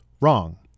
wrong